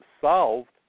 solved